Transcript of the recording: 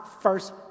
first